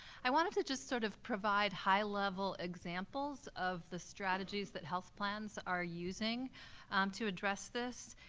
i wanted to just sort of provide high-level examples of the strategies that health plans are using to address this.